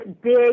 big